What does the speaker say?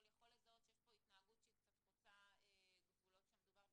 יכול לזהות התנהגות כשקצת חוצה גבולות כשמדובר בילדים.